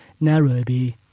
Nairobi